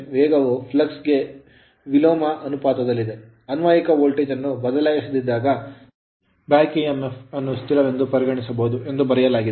ವೇಗವು ಫ್ಲಕ್ಸ್ ಗೆ ವಿಲೋಮ ಅನುಪಾತದಲ್ಲಿದೆ ಅನ್ವಯಿಕ ವೋಲ್ಟೇಜ್ ಅನ್ನು ಬದಲಾಯಿಸದಿದ್ದಾಗ ಬ್ಯಾಕ್ ಎಮ್ಫ್ ಅನ್ನು ಸ್ಥಿರವೆಂದು ಪರಿಗಣಿಸಬಹುದು ಎಂದು ಬರೆಯಲಾಗಿದೆ